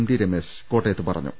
T Ramesh കോട്ടയത്ത് പറഞ്ഞു